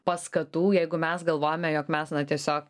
paskatų jeigu mes galvojame jog mes na tiesiog